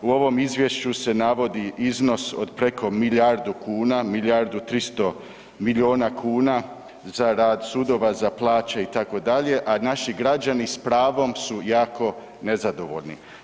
U ovom izvješću se navodi iznos od preko milijardu kuna, milijardu 300 miliona kuna za rad sudova, za plaće itd., a naši građani s pravom su jako nezadovoljni.